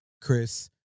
Chris